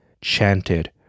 chanted